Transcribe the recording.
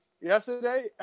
yesterday